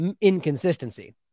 inconsistency